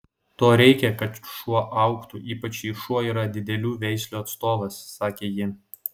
to reikia kad šuo augtų ypač jei šuo yra didelių veislių atstovas sakė ji